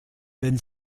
wenn